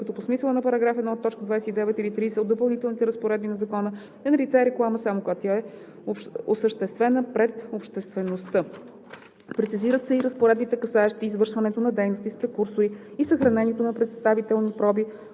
като по смисъла на § 1, т. 29 или 30 от Допълнителните разпоредби на закона е налице реклама само когато тя е осъществена пред обществеността. Прецизират се и разпоредбите, касаещи извършването на дейности с прекурсори и съхранението на представителни проби